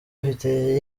afite